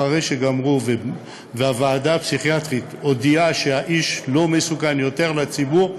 אחרי שגמרו והוועדה הפסיכיאטרית הודיעה שהאיש לא מסוכן יותר לציבור,